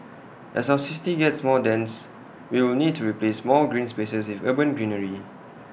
as our city gets more dense we will need to replace more green spaces urban greenery